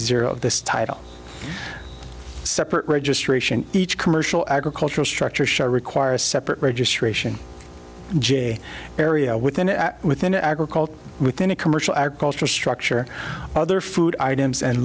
of this title separate registration each commercial agricultural structure shall require a separate registration j area within it within agriculture within a commercial agriculture structure other food items and